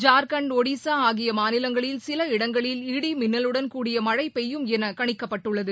ஜார்க்கண்ட் ஒடிசாஆகியமாநிலங்களில் சில இடங்களில் இடி மின்னலுடன் கூடிய மழைபெய்யும் எனகணிக்கப்பட்டுள்ளது